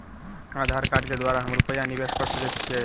आधार कार्ड केँ द्वारा हम रूपया निवेश कऽ सकैत छीयै?